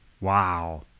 Wow